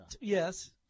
Yes